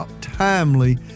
timely